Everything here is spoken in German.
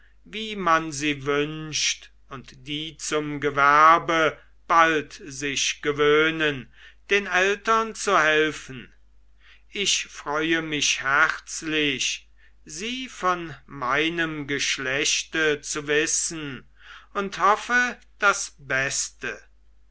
wie man sie wünscht und die zum gewerbe bald sich gewöhnen den eltern zu helfen ich freue mich herzlich sie von meinem geschlechte zu wissen und hoffe das beste